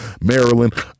Maryland